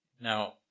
Now